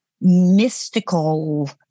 mystical